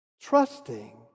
trusting